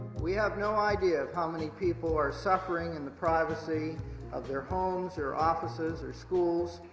we have no idea of how many people are suffering in the privacy of their homes, or offices, or schools,